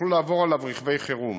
ויוכלו לעבור עליו רכבי חירום.